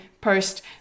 post